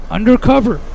Undercover